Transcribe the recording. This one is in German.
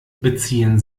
beziehen